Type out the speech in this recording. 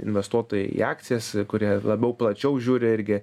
investuotojai į akcijas kurie labiau plačiau žiūri irgi